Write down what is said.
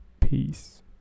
Peace